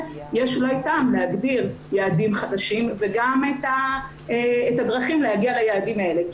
יש אולי טעם להגדיר יעדים חדשים וגם את הדרכים להגיע ליעדים האלה,